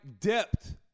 depth